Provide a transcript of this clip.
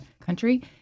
country